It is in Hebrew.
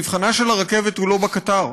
מבחנה של הרכבת הוא לא בקטר,